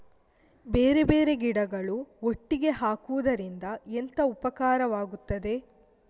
ಬೇರೆ ಬೇರೆ ಗಿಡಗಳು ಒಟ್ಟಿಗೆ ಹಾಕುದರಿಂದ ಎಂತ ಉಪಕಾರವಾಗುತ್ತದೆ?